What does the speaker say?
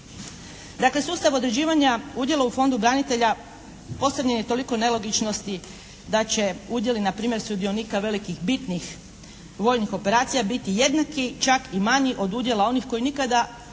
Dakle sustav određivanja udjela u Fondu branitelja postavio je toliko nelogičnosti da će udjeli na primjer sudionika velikih bitnih vojnih operacija biti jednaki čak i manji od udjela onih koji nikada u